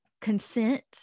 consent